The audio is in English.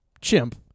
chimp